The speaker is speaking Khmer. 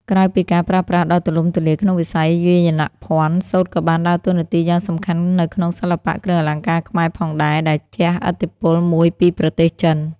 ក្រៅពីការប្រើប្រាស់ដ៏ទូលំទូលាយក្នុងវិស័យវាយនភ័ណ្ឌ សូត្រក៏បានដើរតួនាទីយ៉ាងសំខាន់នៅក្នុងសិល្បៈគ្រឿងអលង្ការខ្មែរផងដែរ ដែលជាឥទ្ធិពលមួយពីប្រទេសចិន។